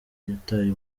yataye